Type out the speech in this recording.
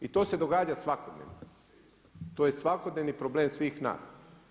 I to se događa svakodnevno, to je svakodnevni problem svih nas.